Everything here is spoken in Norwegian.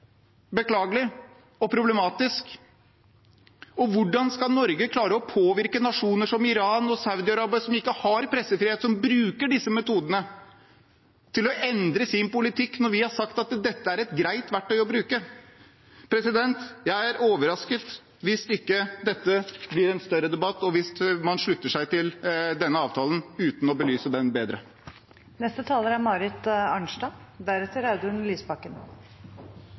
beklagelig og problematisk. Hvordan skal Norge klare å påvirke nasjoner som Iran og Saudi-Arabia som ikke har pressefrihet, som bruker disse metodene til å endre sin politikk, når vi har sagt at dette er et greit verktøy å bruke? Jeg er overrasket hvis dette ikke blir en større debatt, og hvis man slutter seg til denne avtalen uten å belyse den bedre. Jeg vil gjerne få lov å takke utenriksministeren for redegjørelsen. Jeg må likevel si at jeg er